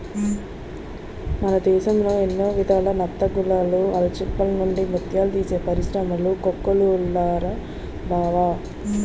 మన దేశం ఎన్నో విధాల నత్తగుల్లలు, ఆల్చిప్పల నుండి ముత్యాలు తీసే పరిశ్రములు కోకొల్లలురా బావా